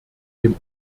dem